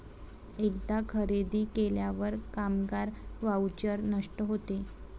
एकदा खरेदी केल्यावर कामगार व्हाउचर नष्ट होते